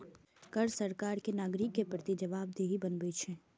कर सरकार कें नागरिक के प्रति जवाबदेह बनबैत छै